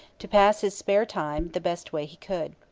to pass his spare time the best way he could.